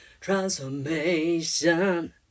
Transformation